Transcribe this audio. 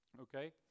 okay